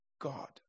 God